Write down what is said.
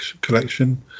Collection